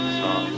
song